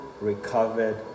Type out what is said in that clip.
recovered